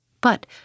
but